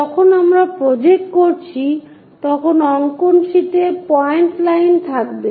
যখন আমরা প্রজেক্ট করছি তখন অঙ্কন শীটে পয়েন্ট লাইন থাকবে